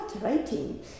writing